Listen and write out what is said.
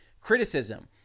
criticism